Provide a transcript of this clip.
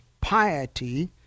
piety